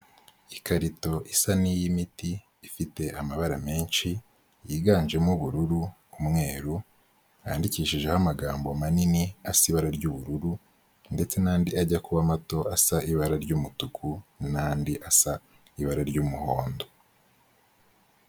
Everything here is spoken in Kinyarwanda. Ikarito isa n'iy'imiti ifite amabara menshi yiganjemo ubururu, umweru yandikishijeho amagambo manini asa ibara ry'ubururu ndetse n'andi ajya kuba mato asa ibara ry'umutuku n'andi asa n'ibara ry'umuhondo.